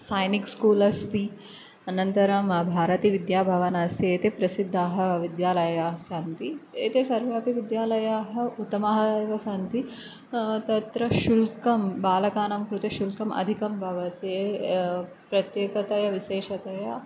सैनिक् school अस्ति अनन्तरं भारतीविद्याभवन् अस्ति इति प्रसिद्धाः विद्यालयाः सन्ति एते सर्वे अपि विद्यालयाः उत्तमाः एव सन्ति तत्र शुल्कं बालकानां कृते शुल्कम् अधिकं वा भवति प्रत्येकतया विशेषतया